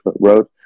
road